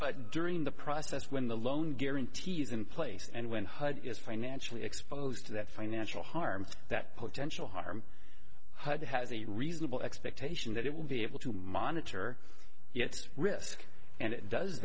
but during the process when the loan guarantee is in place and when hud is financially exposed to that financial harm that potential harm hud has a reasonable expectation that it will be able to monitor yes risk and it does